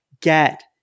get